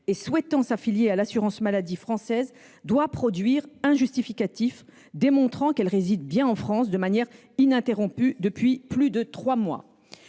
et souhaitant s’affilier à l’assurance maladie française doit produire un justificatif démontrant qu’elle réside bien en France de manière ininterrompue depuis plus de trois mois.